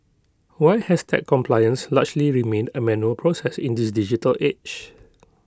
why has tax compliance largely remained A manual process in this digital age